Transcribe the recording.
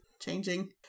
changing